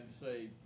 say